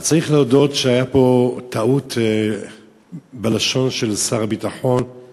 צריך להודות שהייתה פה טעות בלשון של שר הביטחון,